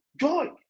Joy